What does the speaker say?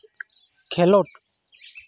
ᱠᱷᱮᱞᱳᱰ